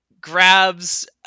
grabs